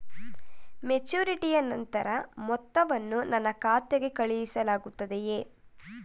ಮೆಚುರಿಟಿಯ ನಂತರ ಮೊತ್ತವನ್ನು ನನ್ನ ಖಾತೆಗೆ ಕಳುಹಿಸಲಾಗುತ್ತದೆಯೇ?